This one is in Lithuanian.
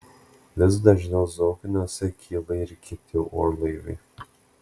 vis dažniau zokniuose kyla ir kiti orlaiviai